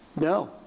No